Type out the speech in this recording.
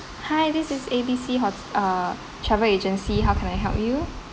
hi this is A B C ho~ uh travel agency how can I help you okay can I know